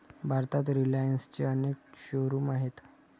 भारतात रिलायन्सचे अनेक शोरूम्स आहेत